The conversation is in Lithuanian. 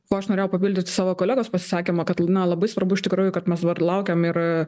kuo aš norėjau papildyt savo kolegos pasisakymą kad na labai svarbu iš tikrųjų kad mes dabar laukiam ir